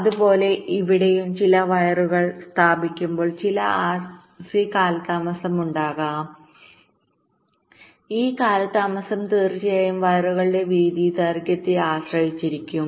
അതുപോലെ ഇവിടെയും ചില വയറുകൾ സ്ഥാപിക്കുമ്പോൾ ചില ആർസി കാലതാമസമുണ്ടാകാം ഈ കാലതാമസം തീർച്ചയായും വയറുകളുടെ വീതി ദൈർഘ്യത്തെ ആശ്രയിച്ചിരിക്കും